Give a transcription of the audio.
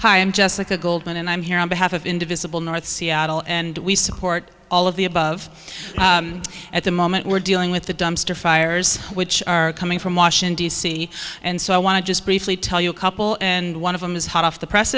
hi i'm jessica goldman and i'm here on behalf of indivisible north seattle and we support all of the above at the moment we're dealing with the dumpster fires which are coming from washington d c and so i want to just briefly tell you a couple and one of them is hot off the press